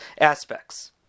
aspects